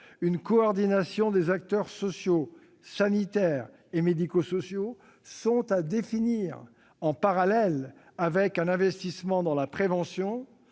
une coordination des acteurs sociaux, sanitaires et médico-sociaux sont à définir, en parallèle d'un investissement dans la prévention,